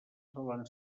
solen